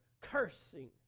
cursing